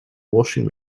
washing